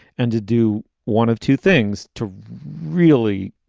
and to do one of two things to really.